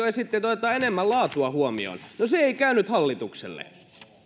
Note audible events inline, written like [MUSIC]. [UNINTELLIGIBLE] esitti että otetaan enemmän laatua huomioon no se ei käynyt hallitukselle